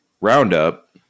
Roundup